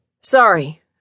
Sorry